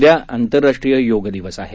उद्या आंतरराष्ट्रीय योग दिवस आहे